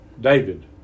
David